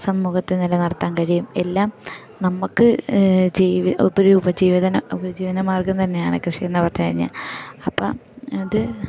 സമൂഹത്തിൽ നില നിർത്താൻ കഴിയും എല്ലാം നമുക്ക് ജീവി ഒരു ഉപജീവിതന ഉപജീവന മാർഗ്ഗം തന്നെയാണ് കൃഷിയെന്നു പറഞ്ഞു കഴിഞ്ഞാൽ അപ്പം അത്